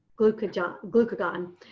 glucagon